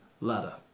ladder